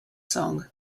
song